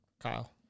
Kyle